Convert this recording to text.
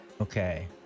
Okay